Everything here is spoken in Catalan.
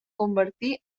convertí